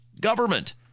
government